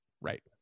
right